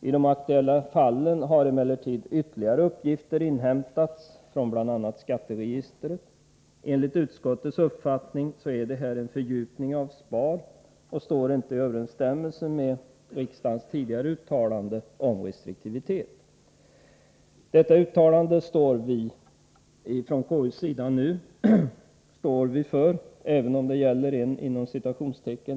I de aktuella fallen har emellertid ytterligare uppgifter 23 maj 1984 inhämtats från bl.a. skatteregistret. Enligt utskottets uppfattning rör det sig här om en fördjupning av SPAR, och det är inte i överensstämmelse med Granskning av riksdagens uttalande om restriktivitet. Detta uttalande står vi från KU:s sida å för, även om det gäller ”en egen regering”.